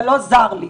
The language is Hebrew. זה לא זר לי.